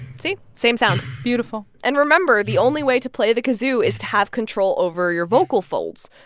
see? same sound beautiful and remember, the only way to play the kazoo is to have control over your vocal folds.